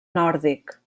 nòrdic